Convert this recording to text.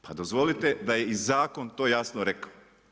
Pa dozvolite da je i zakon to jasno rekao.